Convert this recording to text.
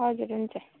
हजुर हुन्छ